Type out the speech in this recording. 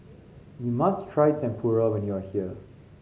you must try Tempura when you are here